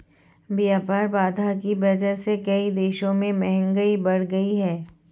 व्यापार बाधा की वजह से कई देशों में महंगाई बढ़ गयी है